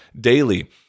daily